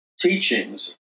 teachings